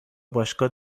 باشگاه